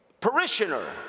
Parishioner